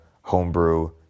Homebrew